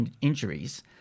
injuries